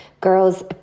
girls